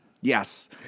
Yes